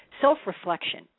self-reflection